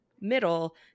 middle